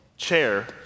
chair